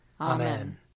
Amen